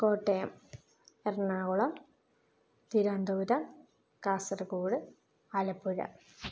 Kottayam Ernakulam Thiruvananthapuram Kasaragod Alappuzha